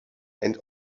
and